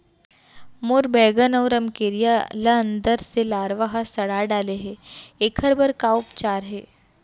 मोर बैगन अऊ रमकेरिया ल अंदर से लरवा ह सड़ा डाले हे, एखर बर का उपचार हे?